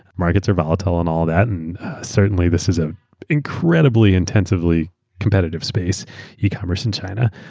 markets are volatile and all that. and certainly, this is an incredibly intensively competitive spaceeur ecommerce in china.